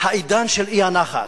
העידן של האי-נחת,